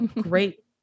Great